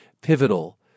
pivotal